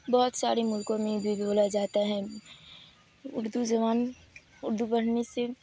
بہت سارے ملکوں میں بھی بولا جاتا ہے اردو زبان اردو پڑھنے سے